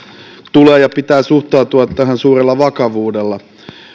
ja pitää suhtautua tähän suurella vakavuudella